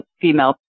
female